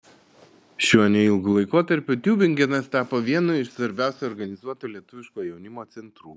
šiuo neilgu laikotarpiu tiubingenas tapo vienu iš svarbiausių organizuoto lietuviško jaunimo centrų